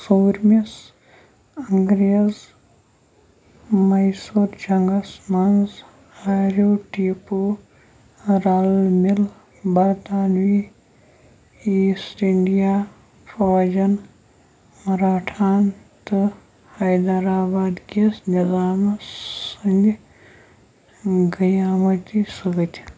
ژوٗرمِس انٛگریز میسور جنٛگس منٛز آریو ٹیٖپوٗ رَل مِل برطانوی ایٖسٹ اِنٛڈیا فوجن مراٹھاہَن تہٕ حیدرآباد کِس نِظامَس سٕنٛدِ گٔیامٔتی سۭتۍ